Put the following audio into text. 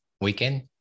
weekend